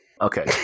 Okay